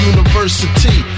University